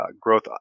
growth